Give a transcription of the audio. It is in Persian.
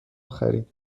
خرید